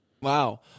Wow